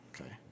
Okay